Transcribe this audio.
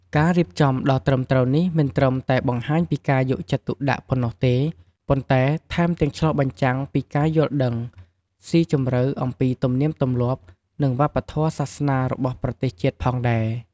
ការរៀបចំដ៏ត្រឹមត្រូវនេះមិនត្រឹមតែបង្ហាញពីភាពយកចិត្តទុកដាក់ប៉ុណ្ណោះទេ ប៉ុន្តែថែមទាំងឆ្លុះបញ្ចាំងពីការយល់ដឹងស៊ីជម្រៅអំពីទំនៀមទម្លាប់ និងវប្បធម៌សាសនារបស់ប្រទេសជាតិផងដែរ។